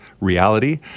reality